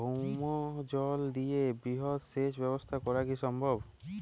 ভৌমজল দিয়ে বৃহৎ সেচ ব্যবস্থা করা কি সম্ভব?